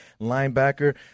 linebacker